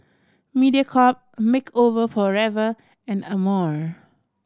Mediacorp Makeup Forever and Amore